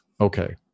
Okay